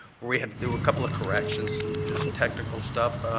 we had to do a couple of corrections. just technical stuff